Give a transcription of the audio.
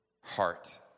heart